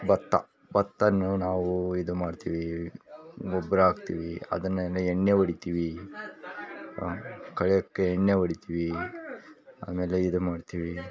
ಭತ್ತ ಭತ್ತನ್ನು ನಾವು ಇದು ಮಾಡ್ತೀವಿ ಗೊಬ್ಬರ ಹಾಕ್ತೀವಿ ಅದನ್ನ ನೇನೆ ಎಣ್ಣೆ ಹೊಡಿತೀವಿ ಕಳೆಯಕ್ಕೆ ಎಣ್ಣೆ ಹೊಡಿತೀವಿ ಆಮೇಲೆ ಇದು ಮಾಡ್ತೀವಿ